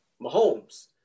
Mahomes